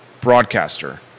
broadcaster